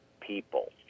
people